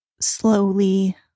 Slowly